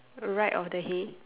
right of the hay